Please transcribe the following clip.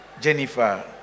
Jennifer